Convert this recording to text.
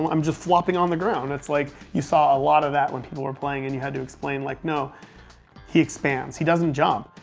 i'm just flopping on the ground. it's like you saw a lot of that when people were playing, and you had to explain like, no he expands. he doesn't jump.